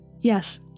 yes